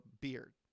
Beard